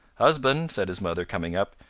husband, said his mother, coming up,